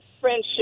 friendship